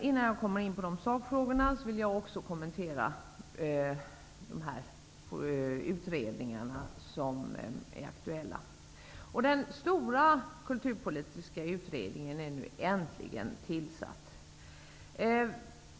Innan jag kommer in på dessa sakfrågor, vill jag kommentera de utredningar som är aktuella. Den stora kulturpolitiska utredningen är nu äntligen tillsatt.